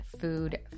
food